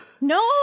No